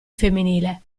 femminile